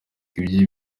ibyo